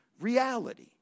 reality